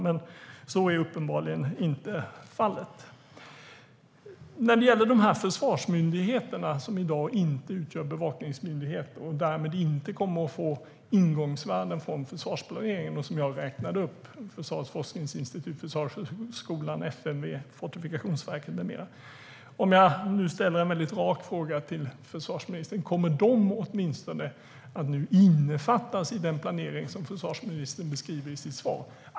Men så är uppenbarligen inte fallet. När det gäller de försvarsmyndigheter som i dag inte utgör bevakningsmyndigheter och därmed inte kommer att få ingångsvärden från försvarsplaneringen - Försvarets forskningsinstitut, Försvarshögskolan, FMV, Fortifikationsverket med flera - vill jag gärna ställa en rak fråga till försvarsministern: Kommer dessa att åtminstone innefattas i den planering som försvarsministern beskriver i sitt svar?